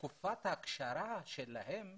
תקופת ההכשרה שלהם,